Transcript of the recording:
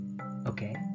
Okay